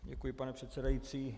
Děkuji, pane předsedající.